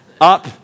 Up